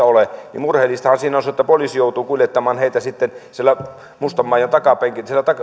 ole niin murheellistahan siinä on se että poliisi joutuu kuljettamaan heitä sitten mustanmaijan takapenkillä